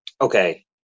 Okay